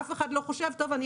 אף אחד לא חושב טוב,